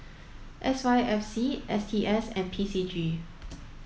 S Y F C S T S and P C G